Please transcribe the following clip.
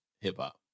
hip-hop